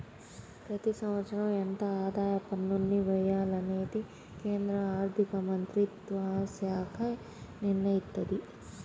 ప్రతి సంవత్సరం ఎంత ఆదాయ పన్నుల్ని వెయ్యాలనేది కేంద్ర ఆర్ధికమంత్రిత్వశాఖే నిర్ణయిత్తది